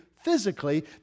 physically